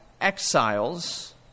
exiles